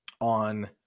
on